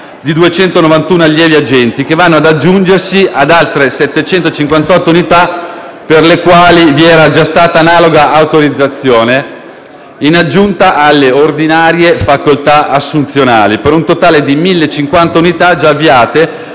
di 292 allievi agenti, che vanno ad aggiungersi ad altre 758 unità, per le quali vi era già stata analoga autorizzazione in aggiunta alle ordinarie facoltà assunzionali, per un totale di 1.050 unità, già avviate